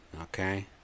Okay